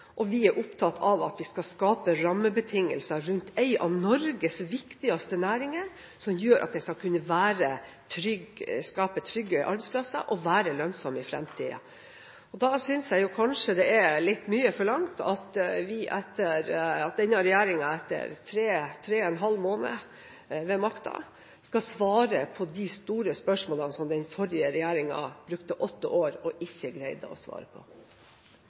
vi er opptatt av at vi skal skape rammebetingelser rundt en av Norges viktigste næringer som gjør at det skal kunne skapes trygge arbeidsplasser og være lønnsomt i fremtiden. Da synes jeg kanskje det er litt mye forlangt at denne regjeringen, etter tre og en halv måned ved makten, skal svare på de store spørsmålene som den forrige regjeringen brukte åtte år på ikke å greie å svare på.